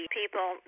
people